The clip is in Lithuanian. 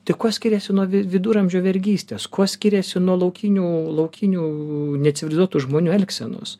tai kuo skiriasi nuo viduramžių vergystės kuo skiriasi nuo laukinių laukinių necivilizuotų žmonių elgsenos